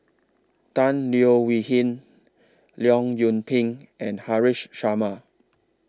Tan Leo Wee Hin Leong Yoon Pin and Haresh Sharma